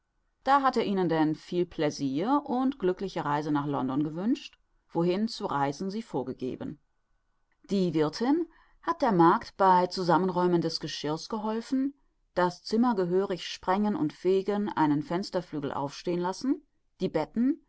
da hat er ihnen denn viel plaisir und glückliche reise nach london gewünscht wohin zu reisen sie vorgegeben die wirthin hat der magd bei zusammenräumen des geschirres geholfen das zimmer gehörig sprengen und fegen einen fensterflügel aufstehen lassen die betten